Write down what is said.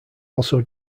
also